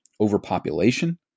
Overpopulation